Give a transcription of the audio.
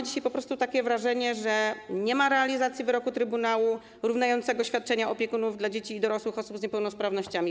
Dzisiaj mamy takie wrażenie, że nie ma realizacji wyroku trybunału równającego świadczenia opiekunów dla dzieci i dorosłych osób z niepełnosprawnościami.